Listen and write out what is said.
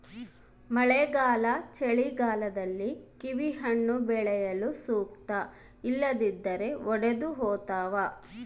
ಮಳೆಗಾಲ ಚಳಿಗಾಲದಲ್ಲಿ ಕಿವಿಹಣ್ಣು ಬೆಳೆಯಲು ಸೂಕ್ತ ಇಲ್ಲದಿದ್ದರೆ ಒಡೆದುಹೋತವ